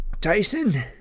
Tyson